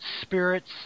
spirits